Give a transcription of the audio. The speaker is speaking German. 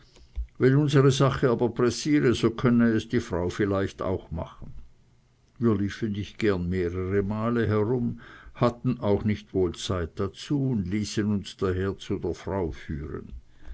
wenn unsere sache aber pressiere so könne es die frau vielleicht auch machen wir liefen nicht gerne mehrere male herum hatten auch nicht wohl zeit dazu und ließen uns daher zu der frau führen